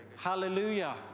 Hallelujah